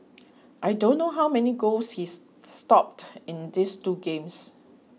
I don't know how many goals he stopped in this two games